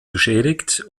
beschädigt